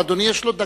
אבל אדוני יש לו דקה,